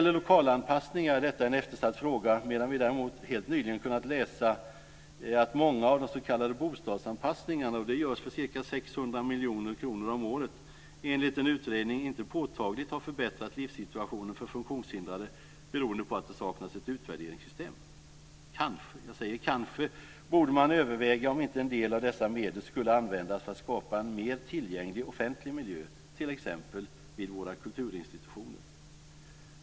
Lokalanpassningar är en eftersatt fråga, medan vi däremot helt nyligen har kunnat läsa att många av de s.k. bostadsanpassningarna - och det görs för 600 miljoner kronor om året - enligt en utredning inte påtagligt har förbättrat livssituationen för funktionshindrade beroende på att det saknas ett utvärderingssystem. Kanske - jag säger kanske - borde man överväga om inte en del av dessa medel skulle användas för att skapa en mer tillgänglig offentlig miljö, t.ex. vid våra kulturinstitutioner.